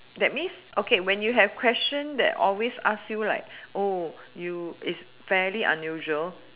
that means okay when you have question that always ask you like oh you is fairly unusual